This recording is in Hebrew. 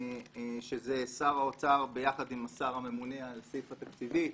שזה שר האוצר ביחד עם השר הממונה על הסעיף התקציבי,